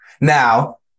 Now